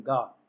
God